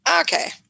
Okay